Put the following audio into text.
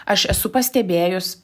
aš esu pastebėjus